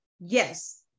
Yes